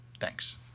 Thanks